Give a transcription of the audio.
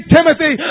Timothy